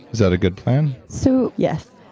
is that a good plan? so, yes.